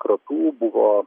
kratų buvo